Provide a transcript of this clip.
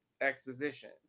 exposition